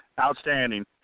Outstanding